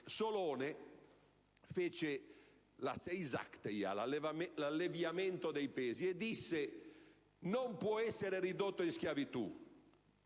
(l'alleviamento dei pesi) e disse che non può essere ridotto in schiavitù